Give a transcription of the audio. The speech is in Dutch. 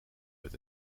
met